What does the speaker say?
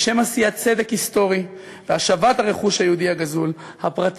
לשם עשיית צדק היסטורי והשבת הרכוש היהודי הגזול הרב,